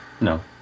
No